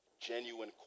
genuine